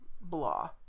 blah